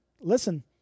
listen